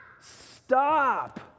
Stop